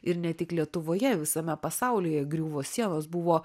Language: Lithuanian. ir ne tik lietuvoje visame pasaulyje griuvo sienos buvo